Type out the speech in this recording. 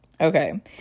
Okay